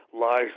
lies